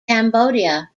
cambodia